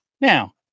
Now